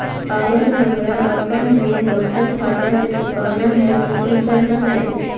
अगर हमरा अपन ऋण दोसर खाता से चुकाना है तो कि करना है?